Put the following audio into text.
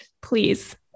please